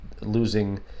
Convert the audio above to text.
losing